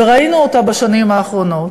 וראינו אותה בשנים האחרונות.